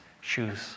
shoes